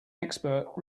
expert